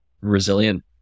resilient